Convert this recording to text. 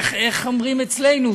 איך אומרים אצלנו?